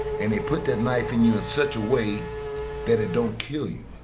and they put that knife in you in such a way that it don't kill you.